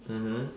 mmhmm